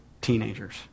teenagers